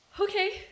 Okay